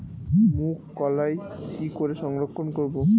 মুঘ কলাই কি করে সংরক্ষণ করব?